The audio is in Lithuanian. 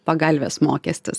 pagalvės mokestis